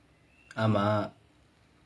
ஆமா:aamaa